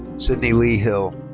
sydney lee hill.